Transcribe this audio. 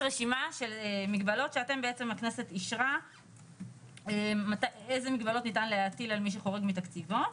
רשימה של מגבלות שהכנסת אישרה שניתן להטיל על מי שחורג מתקציבו.